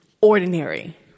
ordinary